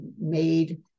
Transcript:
made